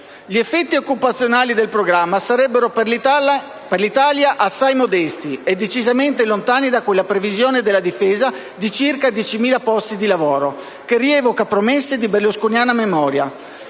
Gli effetti occupazionali del programma sarebbero per l'Italia assai modesti e decisamente lontani da quella previsione della Difesa di circa 10.000 posti di lavoro, che rievoca promesse di berlusconiana memoria.